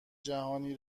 جهانی